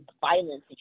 violence